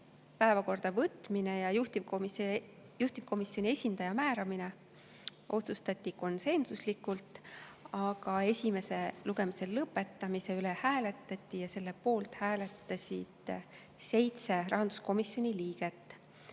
Päevakorda võtmine ja juhtivkomisjoni esindaja määramine otsustati konsensuslikult, aga esimese lugemise lõpetamise poolt hääletas 7 rahanduskomisjoni liiget.